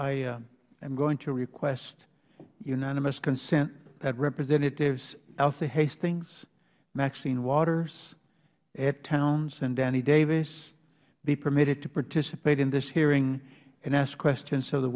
am going to request unanimous consent that representatives alcee hastings maxine waters ed towns and danny davis be permitted to participate in this hearing and ask questions of the